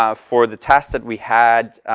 um for the tasks that we had,